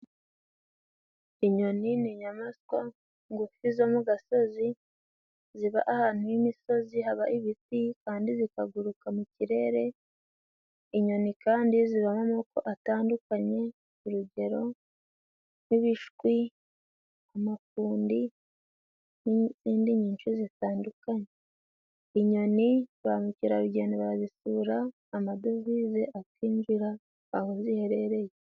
Inyoni ni inyamaswa ngufi zo mu gasozi ziba ahantu h'imisozi haba ibiti kandi zikaguruka mu kirere inyoni kandi zibamo amoko atandukanye urugero nk'ibishwi, amafundi n'izindi nyinshi zitandukanye inyoni ba mukerarugendo barazisura amadevize akinjira aho ziherereye